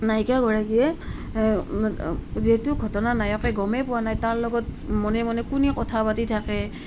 নায়িকা গৰাকীয়ে যিহেতু ঘটনাৰ নায়কে গমেই পোৱা নাই তাৰ লগত মনে মনে কোনে কথা পাতি থাকে